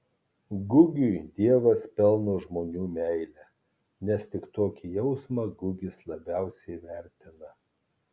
gugiui dievas pelno žmonių meilę nes tik tokį jausmą gugis labiausiai vertina